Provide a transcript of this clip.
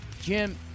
Jim